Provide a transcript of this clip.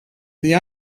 the